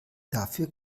dafür